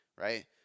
right